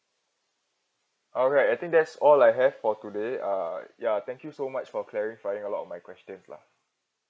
alright I think that's all I have for today uh ya thank you so much for clarifying a lot of my questions lah